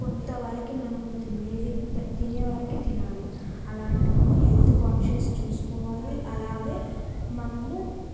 కొంత వరకు మనము తినేది తినేవరకు తినాలి అలాంటివి హెల్త్ కాన్షియస్ చూసుకోవాలి అలాగే మనము